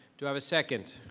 do i have a second?